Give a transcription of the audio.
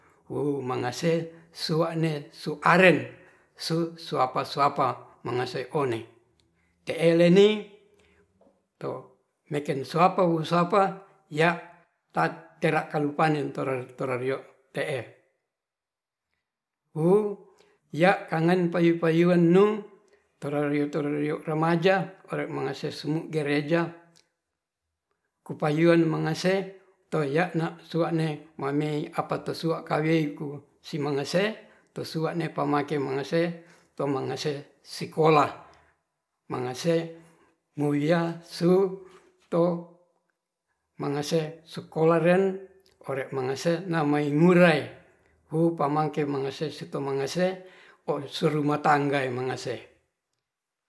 Wu mangase sua'ne suaren su suapa-suapa mangase one te'e le ni meken suapawu-suapa ya' ta tera kalu panen tora-torario te'e wuu ya' kangen payu-payuan nu torario-torario remaja ore mangase sumu gereja kupayuan mangase toya'na sua'ne mamei apato sua kaweiku si mangase tu sua'ne pamake mangase to mangase sekolah mangase muiah su to mangase sekolah ren ore namaimuraee huu pamake mangase si to mangase o surumah tangga e mangase